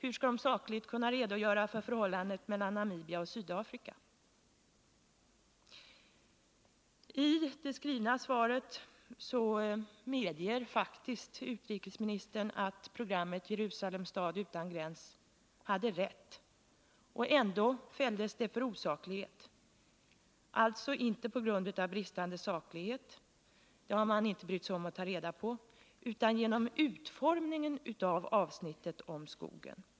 Hur skall de sakligt kunna redogöra för förhållandet mellan Namibia och Sydafrika? I det skrivna svaret medger utrikesministern faktiskt att programmet Jerusalem — stad utan gräns hade rätt. Ändå fälldes det för osaklighet, alltså inte på grund av bristande saklighet — det har man inte brytt sig om att ta reda på — utan på grund av utformningen av bl.a. avsnittet om skogen.